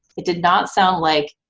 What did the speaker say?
it did not sound like,